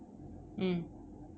mm